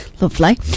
Lovely